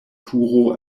turo